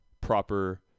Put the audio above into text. proper